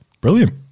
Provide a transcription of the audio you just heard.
Brilliant